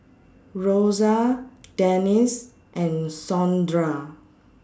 Rosa Denis and Sondra